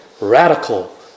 radical